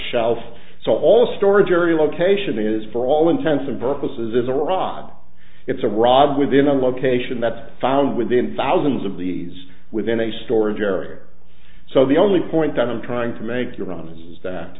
shelf so all storage area location is for all intents and purposes is a rod it's a rod within a location that's found within thousands of these within a storage area so the only point that i'm trying to make your promises that